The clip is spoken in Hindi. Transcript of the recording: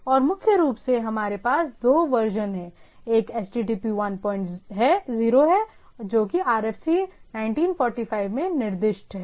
और मुख्य रूप से हमारे पास दो वर्जन हैं एक HTTP 10 है जोकि RFC 1945 में निर्दिष्ट है